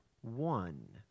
one